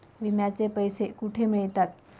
विम्याचे पैसे कुठे मिळतात?